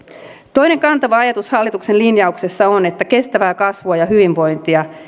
toinen kantava ajatus hallituksen linjauksessa on että kestävää kasvua ja hyvinvointia